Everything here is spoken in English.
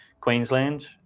Queensland